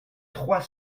trois